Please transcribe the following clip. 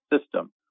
system